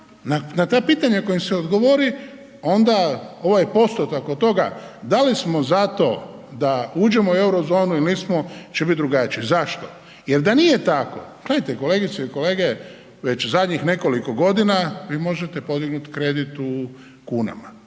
na ta pitanja na koja im se odgovori onda ovaj postotak od toga da li smo za to da uđemo u Eurozonu ili nismo će biti drugačije. Zašto? Jer da nije tako, gledajte, kolegice i kolege, već zadnjih nekoliko godina vi možete podignuti kredit u kunama.